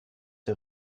der